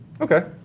Okay